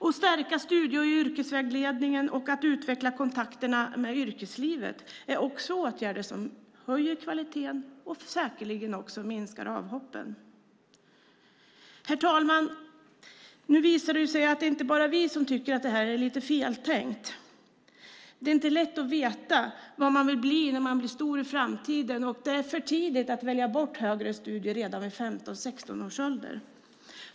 Att stärka studie och yrkesvägledning och att utveckla kontakterna med yrkeslivet är också åtgärder som höjer kvaliteten och säkerligen även minskar avhoppen. Herr talman! Nu visar det sig att det inte bara är vi som tycker att det här är feltänkt. Det är inte lätt att veta vad man vill bli när man blir stor i framtiden, och det är för tidigt att välja bort högre studier redan vid 15-16 års ålder.